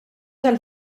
tal